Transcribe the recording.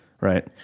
right